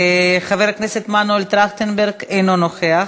חבר הכנסת מנואל טרכטנברג, אינו נוכח,